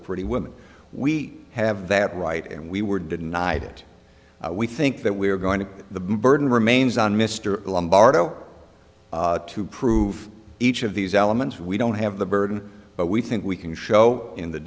woman we have that right and we were denied it we think that we are going to get the burden remains on mr lombardo to prove each of these elements we don't have the burden but we think we can show in the